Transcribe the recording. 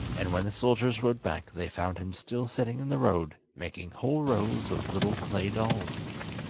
and when the soldiers rode back they found him still sitting in the road making whole rows of little clay dolls.